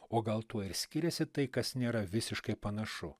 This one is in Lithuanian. o gal tuo ir skiriasi tai kas nėra visiškai panašu